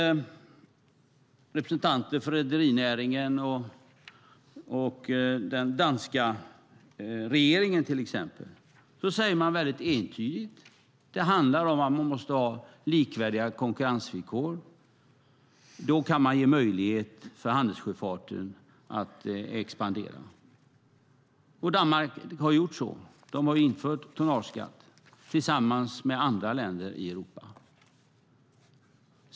Representanter för rederinäringen och den danska regeringen, till exempel, säger entydigt att det handlar om att man måste ha likvärdiga konkurrensvillkor, för då kan man ge möjlighet för handelssjöfarten att expandera. Danmark har gjort så. De har infört tonnageskatt tillsammans med andra länder i Europa.